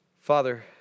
Father